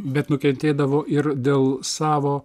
bet nukentėdavo ir dėl savo